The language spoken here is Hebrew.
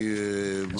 לא, לא.